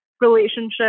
relationship